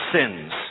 sins